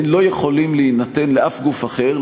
הן לא יכולות להינתן לשום גוף אחר,